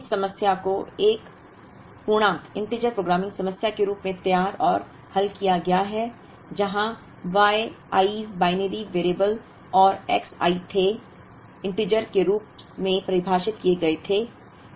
एक है इस समस्या को एक पूर्णांक इंटिजर प्रोग्रामिंग समस्या के रूप में तैयार और हल किया गया है जहां Y i's बाइनरी वेरिएबल और X i थे पूर्णांक इंटिजर के रूप में परिभाषित किए गए थे